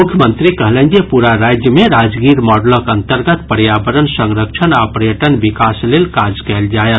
मुख्यमंत्री कहलनि जे पूरा राज्य मे राजगीर मॉडलक अंतर्गत पर्यावरण सरंक्षण आ पर्यटन विकास लेल काज कयल जायत